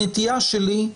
הנטייה שלי,